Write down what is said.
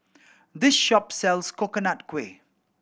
this shop sells Coconut Kuih